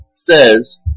says